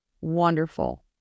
wonderful